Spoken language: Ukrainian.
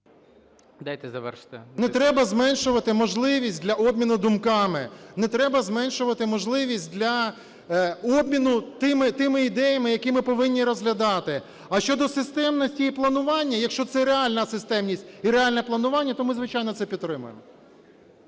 Не треба зменшувати можливість для обміну думками, не треба зменшувати можливість для обміну тими ідеями, які ми повинні розглядати. А щодо системності і планування, якщо це реальна системність і реальне планування, то ми, звичайно, це підтримаємо.